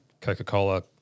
Coca-Cola